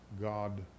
God